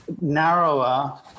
narrower